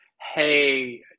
Hey